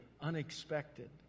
unexpected